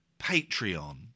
Patreon